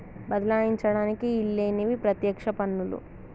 బదలాయించడానికి ఈల్లేనివి పత్యక్ష పన్నులు